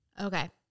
okay